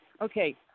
okay